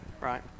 Right